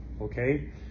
Okay